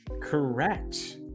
Correct